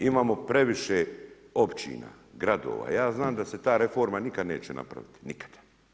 Imamo previše općina, gradova, ja znam da se ta reforma nikad neće napraviti, nikada.